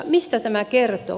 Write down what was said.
mistä tämä kertoo